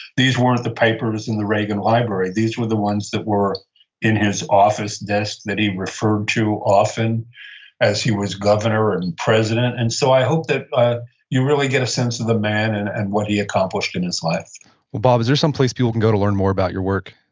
these weren't the papers in the reagan library. these were the ones that were in his office desk that he referred to often as he was governor and president. and so, i hope that ah you really get a sense of the man and and what he accomplished in his life bob, is there some place people can go to learn more about your work?